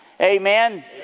Amen